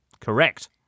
Correct